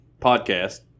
podcast